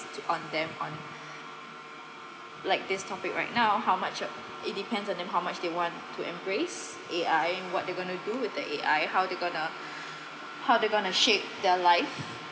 upon them on like this topic right now how much of it depends on them how much they want to embrace A_I what they are going to do with the A_I how they going to how they going to shape their life